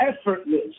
effortless